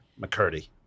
McCurdy